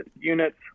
units